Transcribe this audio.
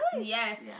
yes